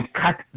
cut